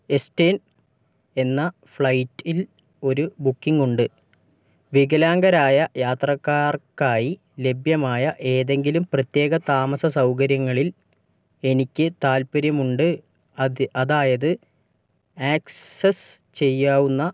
Eastern എന്ന ഫ്ലൈറ്റിൽ ഒരു ബുക്കിംഗ് ഉണ്ട് വികലാംഗരായ യാത്രക്കാർക്കായി ലഭ്യമായ ഏതെങ്കിലും പ്രത്യേക താമസ സൗകര്യങ്ങളിൽ എനിക്ക് താൽപ്പര്യമുണ്ട് അതായത് ആക്സസ് ചെയ്യാവുന്ന